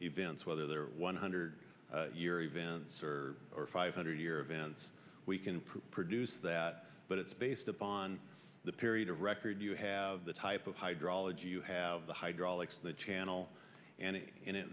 events whether there are one hundred year events or or five hundred year events we can produce that but it's based upon the period of record you have the type of hydrology you have the hydraulics the channel and i